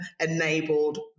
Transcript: enabled